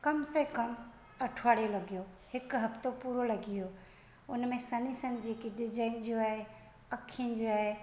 कमु ए कमु अठ वाड़ी लॻियो हिकु हफ़्तो पूरो लॻी वियो उनमें सनी सन जेकी डिज़ाइन जो आहे अखिनि जो आहे